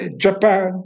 Japan